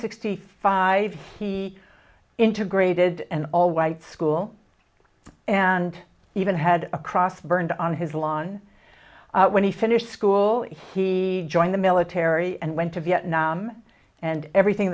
sixty five he integrated an all white school and even had a cross burned on his lawn when he finished school he joined the military and went to vietnam and everything